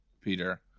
Peter